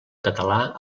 català